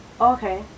okay